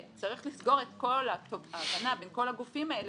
וצריך לסגור את כל ההבנה בין כל הגופים האלה,